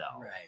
Right